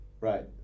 Right